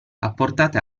apportate